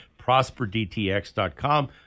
Prosperdtx.com